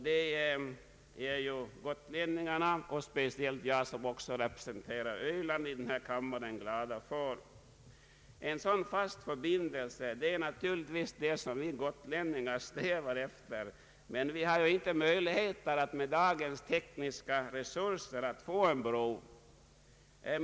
Det är gotlänningarna och speciellt jag, som också representerar Öland i denna kammare, glada för. En sådan fast förbindelse är naturligtvis det som vi gotlänningar strävar efter, men vi har ju med dagens tekniska resurser inte möjligheter att få en bro.